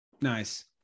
Nice